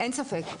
אין ספק.